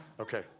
Okay